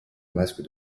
masque